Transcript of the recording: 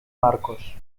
marcos